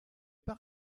pas